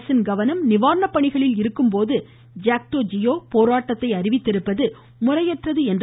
அரசின் கவனம் நிவாரணப்பணிகளில் இருக்கும்போது ஜாக்டோ ஜியோ போராட்டத்தை அறிவித்திருப்பது முறையற்றது என்றார்